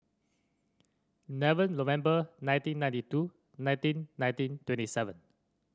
eleven November nineteen ninety two nineteen nineteen twenty seven